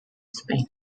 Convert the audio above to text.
spain